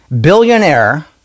Billionaire